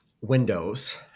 Windows